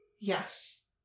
Yes